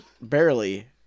Barely